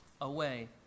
away